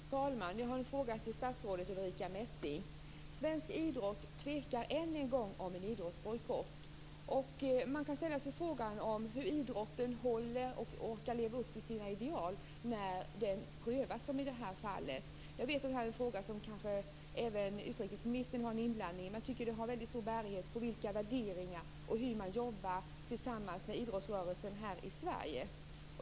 Fru talman! Jag har en fråga till statsrådet Ulrica Svensk idrott tvekar än en gång om en idrottsbojkott. Man kan ställa sig frågan om idrotten orkar leva upp till sina ideal när den prövas som i det här fallet. Jag vet att detta är en fråga som även utrikesministern har varit inblandad i, men jag tycker att den har väldigt stor bäring på vilka värderingar man har och hur man jobbar tillsammans med idrottsrörelsen här i Sverige.